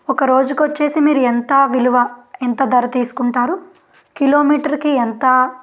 ఒక రోజుకు వచ్చేసి మీరు ఎంత విలువ ఎంత ధర తీసుకుంటారు కిలోమీటర్కి ఎంత